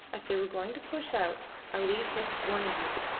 as they were going to push out ali hissed warningly.